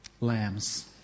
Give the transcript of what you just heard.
lambs